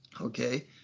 Okay